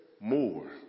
more